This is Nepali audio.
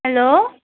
हेलो